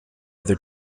other